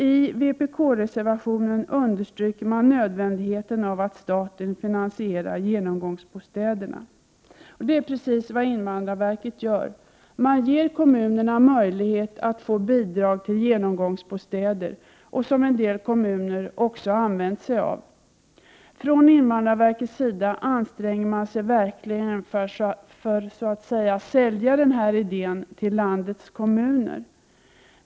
I vpkreservationen understryker man nödvändigheten av att staten finansierar genomgångsbostäderna. Det är precis vad invandrarverket gör. Man ger kommunerna möjlighet att få bidrag till genomgångsbostäder, vilket en del kommuner också har använt sig av. Från invandrarverkets sida anstränger man sig verkligen för att så att säga sälja den här idén till landets kommuner.